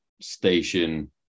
station